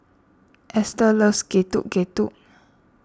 ester loves Getuk Getuk